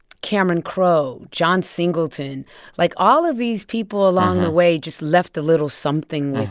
cameron crowe, john singleton like, all of these people along the way just left a little something with